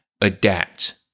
adapt